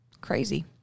Crazy